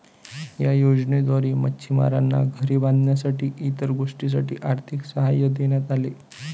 या योजनेद्वारे मच्छिमारांना घरे बांधण्यासाठी इतर गोष्टींसाठी आर्थिक सहाय्य देण्यात आले